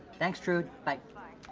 thanks trud, bye.